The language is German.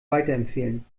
weiterempfehlen